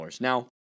Now